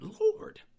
Lord